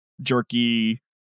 jerky